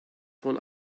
von